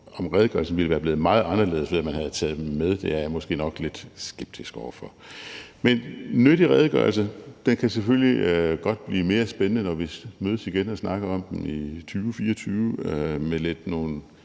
om redegørelsen ville være blevet meget anderledes, ved at man havde taget dem med, er jeg måske nok lidt skeptisk over for. Men det er en nyttig redegørelse. Den kan selvfølgelig godt blive mere spændende, når vi mødes igen og snakker om den i 2024, med lidt mere